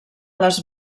les